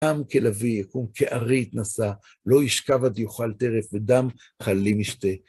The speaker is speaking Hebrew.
עם כלביא יקום, כארי יתנשא, לא ישכב עד יוכל טרף, ודם חללים ישתה.